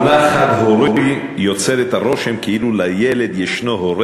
המונח "חד-הורי" יוצר את הרושם כאילו לילד יש הורה